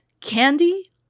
Candy